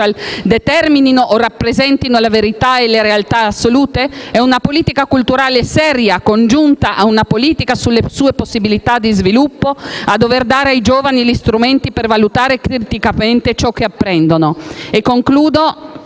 determinino o rappresentino la verità e la realtà assolute? È una politica culturale seria, congiunta a una politica sulle sue possibilità di sviluppo, a dover dare ai giovani gli strumenti per valutare criticamente ciò che apprendono.